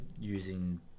using